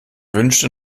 wünschte